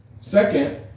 Second